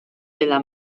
della